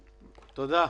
תודה.